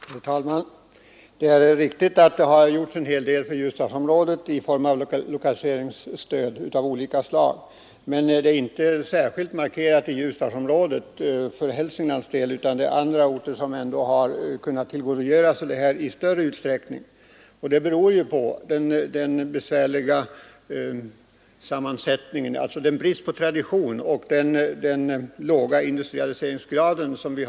Herr talman! Det är riktigt som arbetsmarknadsministern säger att en hel del har gjorts för Ljusdalsområdet i form av lokaliseringsstöd av olika slag. Men det är inte särskilt markerat just där. Andra orter i Hälsingland har kunnat tillgodogöra sig detta stöd i större utsträckning. Vad som är ett hinder för Ljusdalsområdet är bristen på industriell tradition och den låga andelen sysselsatta inom tillverkningsindustrin.